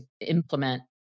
implement